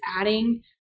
adding